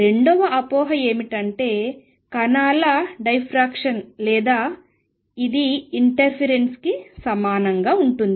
రెండవ అపోహ ఏమిటంటే కణాల డైఫ్రాక్షన్ లేదా ఇది ఇంటర్ఫిరెన్స్ కి సమానంగా ఉంటుంది